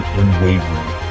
unwavering